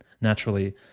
naturally